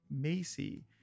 Macy